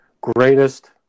Greatest